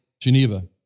Geneva